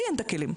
לי אין את הכלים.